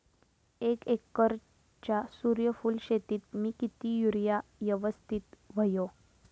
एक एकरच्या सूर्यफुल शेतीत मी किती युरिया यवस्तित व्हयो?